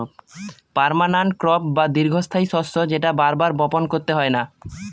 permanent crop বা দীর্ঘস্থায়ী শস্য যেটা বার বার বপন করতে হয় না